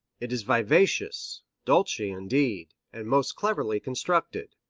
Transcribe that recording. it is vivacious, dolce indeed, and most cleverly constructed.